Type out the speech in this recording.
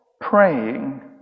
praying